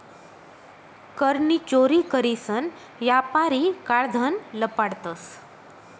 कर नी चोरी करीसन यापारी काळं धन लपाडतंस